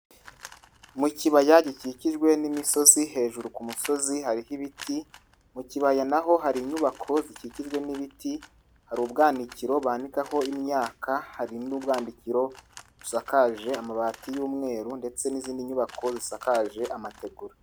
Mu kibaya gikikijwe n'imisozi hejuru ku musozi hariho ibiti, mu kibaya naho hari inyubako zikikijwe n'ibiti, hari ubwanikiro banikaho imyaka, hari n'ubwanikiro busakaje amabati y'umweru ndetse n'izindi nyubako zisakaje amategura.